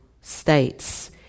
states